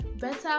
Better